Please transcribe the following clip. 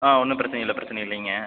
ஆ ஒன்றும் பிரச்சனை இல்லை பிரச்சனை இல்லைங்க